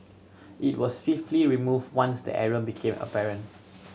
it was swiftly removed once the error became apparent